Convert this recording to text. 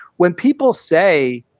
when people say,